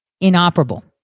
inoperable